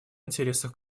интересах